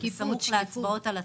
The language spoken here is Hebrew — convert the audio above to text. זה בסמוך להצבעות על התקציב.